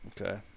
Okay